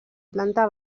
planta